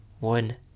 one